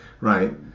right